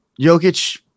Jokic